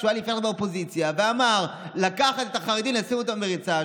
והוא היה לפני כן באופוזיציה ואמר לקחת את החרדים ולשים אותם במריצה,